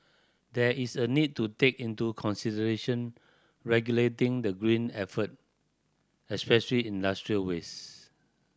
there is a need to take into consideration regulating the green effort especially industrial waste